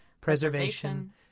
preservation